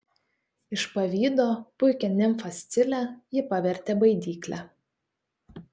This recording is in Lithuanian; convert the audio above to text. iš pavydo puikią nimfą scilę ji pavertė baidykle